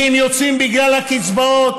כי הם יוצאים בגלל הקצבאות,